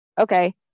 Okay